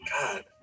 God